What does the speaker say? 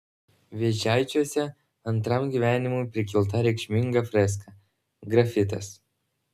vėžaičiuose antram gyvenimui prikelta reikšminga freska grafitas